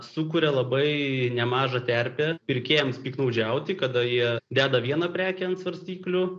sukuria labai nemažą terpę pirkėjams piktnaudžiauti kada jie deda vieną prekę ant svarstyklių